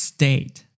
State